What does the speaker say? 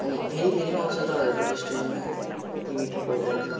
अनि फेरि फेरि पनि आउँछु तपाईँहरूको रेस्टुरेन्टमा कति मिठो पाउँदोरहेछ